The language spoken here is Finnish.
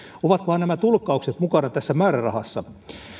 ovatkohan nämä tulkkaukset mukana tässä määrärahassa